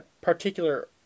particular